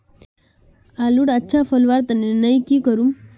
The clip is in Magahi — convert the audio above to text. आलूर अच्छा फलवार तने नई की करूम?